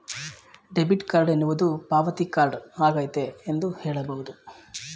debit card ಎನ್ನುವುದು ಪಾವತಿ card ಆಗೈತೆ ಎಂದು ಹೇಳಬಹುದು